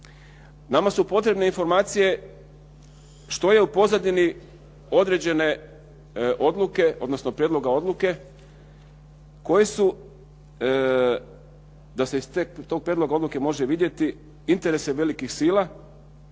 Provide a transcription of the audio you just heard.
Nama su potrebne informacije što je u pozadini određene odluke odnosno prijedloga odluke koje su, da se iz tog prijedloga odluke može vidjeti interese velikih sila,